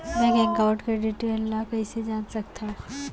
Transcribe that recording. Bank account के detail ल कइसे जान सकथन?